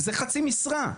זה חצי משרה.